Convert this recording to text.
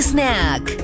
Snack